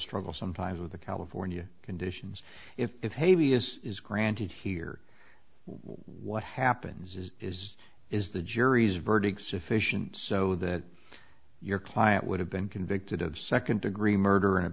struggle sometimes with the california conditions if havey is is granted here what happens is is is the jury's verdict sufficient so that your client would have been convicted of second degree murder and it